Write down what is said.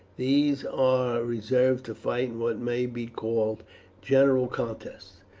these are reserved to fight in what may be called general contests,